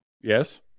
Yes